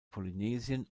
polynesien